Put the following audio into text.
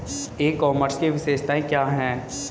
ई commerce की विशेषताएं क्या हैं?